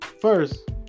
first